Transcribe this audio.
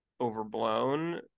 overblown